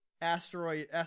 asteroid –